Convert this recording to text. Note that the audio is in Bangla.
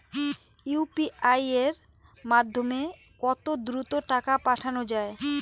ইউ.পি.আই এর মাধ্যমে কত দ্রুত টাকা পাঠানো যায়?